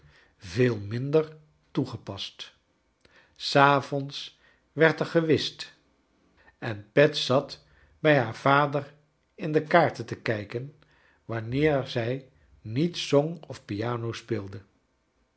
veel minder toegepast s avonds werd er gewhist e i pet zat bij haar vader in de kaarten te kijken wanneer zij niet zong of piano speelde